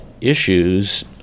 issues